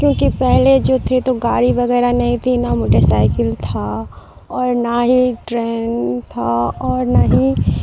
کیونکہ پہلے جو تھے تو گاڑی وغیرہ نہیں تھی نہ موٹر سائیکل تھا اور نہ ہی ٹرین تھا اور نہ ہی